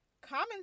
Common